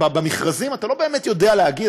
ובמכרזים אתה לא באמת יודע להגיד.